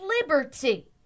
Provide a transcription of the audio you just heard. liberty